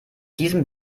diesem